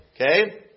Okay